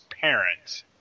parents